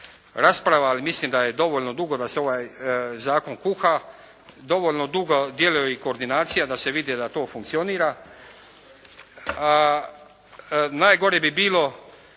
rasprava, ali mislim da je dovoljno dugo da se ovaj zakon kuha. Dovoljno dugo djeluje i koordinacija da se vidi da to funkcionira. Najgore bi bilo